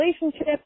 relationship